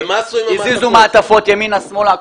הזיזו מעטפות ימינה-שמאלה.